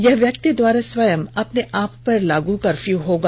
यह व्यक्ति द्वारा स्वयं अपने आप पर लागू कर्फ्यू होगा